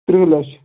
تٕرٛہ لَچھ